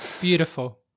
Beautiful